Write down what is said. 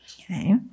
Okay